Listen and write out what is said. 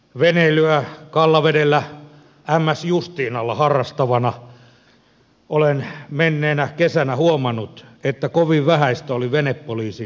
veneilyä kallavedellä s justiinalla harrastavana olen menneenä kesänä huomannut että kovin vähäistä oli venepoliisin näkyvyys